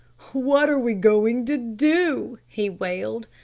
what are we going to do? he wailed.